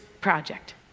project